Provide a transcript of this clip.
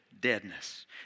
deadness